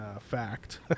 fact